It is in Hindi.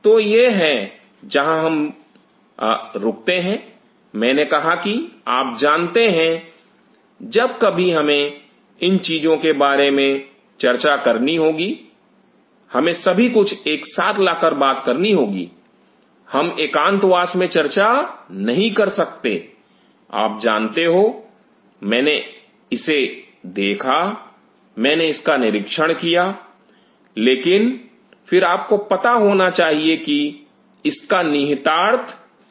तो यह है जहां हम रुकते हैं मैंने कहा कि आप जानते हैं जब कभी हमें इन चीजों के बारे में चर्चा करनी होगी हमें सभी कुछ एक साथ लाकर बात करनी होगी हम एकांतवास में चर्चा नहीं कर सकते आप जानते हो मैंने इसे देखा मैंने इसका निरीक्षण किया लेकिन फिर आपको पता होना चाहिए की इसका निहितार्थ क्या है